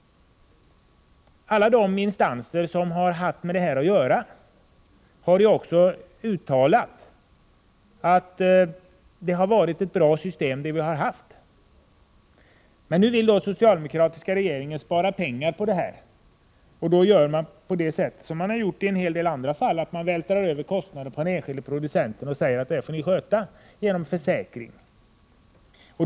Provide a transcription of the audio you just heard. Alla de instanser som har haft med detta att göra har också uttalat att det har varit ett bra system som vi har haft. Men nu vill den socialdemokratiska regeringen spara pengar på detta område, och då gör man på samma sätt som man har gjort i en hel del andra fall och vältrar över kostnaderna på den enskilde producenten och säger: Det här får ni sköta genom försäkringar.